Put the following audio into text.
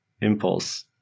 impulse